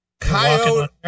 Coyote